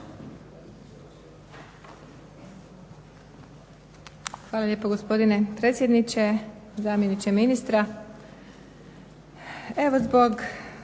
Hvala lijepo gospodine predsjedniče, zamjeniče ministra.